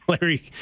Larry